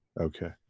Okay